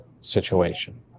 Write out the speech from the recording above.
situation